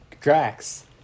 Drax